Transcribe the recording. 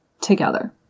together